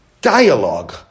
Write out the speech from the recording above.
Dialogue